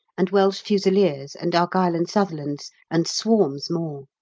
and welsh fusiliers, and argyll and sutherlands, and swarms more.